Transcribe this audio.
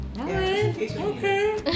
okay